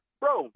bro